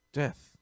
death